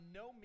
no